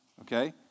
okay